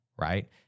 right